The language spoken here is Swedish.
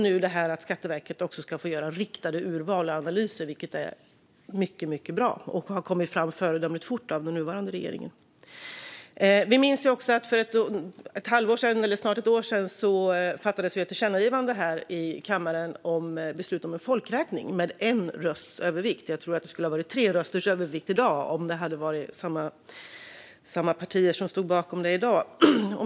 Nu föreslås att Skatteverket ska få göra riktade urval och analyser, vilket är mycket bra, och detta förslag har tagits fram föredömligt fort av regeringen. För snart ett år sedan fattade riksdagen med en rösts övervikt beslut om ett tillkännagivande till regeringen om en folkräkning. Jag tror att det skulle ha varit tre rösters övervikt nu om samma partier stod bakom det i dag.